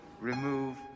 remove